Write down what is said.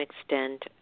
extent